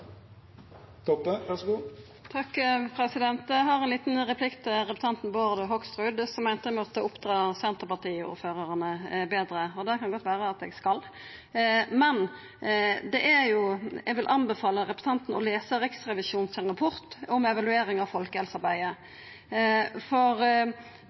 Eg har ein liten kommentar til representanten Bård Hoksrud, som meinte eg måtte oppdra Senterparti-ordførarane betre. Det kan det godt vera at eg skal, men eg vil anbefala representanten å lesa Riksrevisjonens rapport om evaluering av folkehelsearbeidet, for